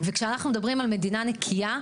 וכשאנחנו מדברים על מדינה נקייה,